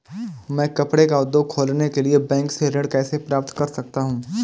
मैं कपड़े का उद्योग खोलने के लिए बैंक से ऋण कैसे प्राप्त कर सकता हूँ?